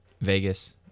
Vegas